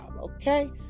okay